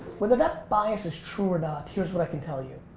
whether that bias is true or not here's what i can tell you.